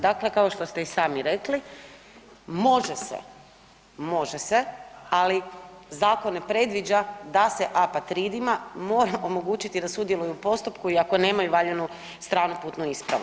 Dakle, kao što ste i sami rekli, može se, može se ali zakon ne predviđa da se apatridima mora omogućiti da sudjeluju u postupku iako nemaju valjanu stranu putnu ispravu.